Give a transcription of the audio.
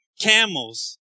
camels